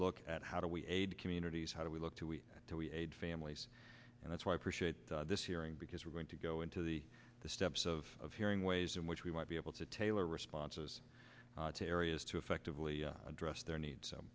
look at how do we aid communities how do we look to we know we aid families and that's why appreciate this hearing because we're going to go into the the steps of hearing ways in which we might be able to tailor responses to areas to effectively address their needs so